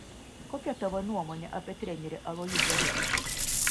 kokia tavo nuomonė apie trenerį aloyzą rudį